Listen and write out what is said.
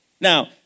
Now